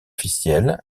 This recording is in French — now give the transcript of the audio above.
officiels